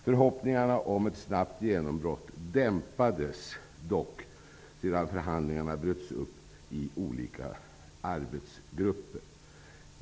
Förhoppningarna om ett snabbt genombrott dämpades dock sedan förhandlingarna bröts upp i olika arbetsgrupper.